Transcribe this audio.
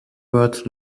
words